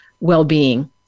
well-being